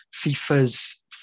FIFA's